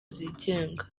zigenga